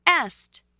est